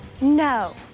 No